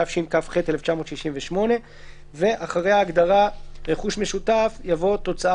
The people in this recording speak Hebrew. התשכ"ח 1968‏ ;"; (7)אחרי ההגדרה "רכוש משותף" יבוא: ""תוצאה